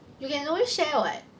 you can always share [what]